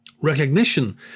Recognition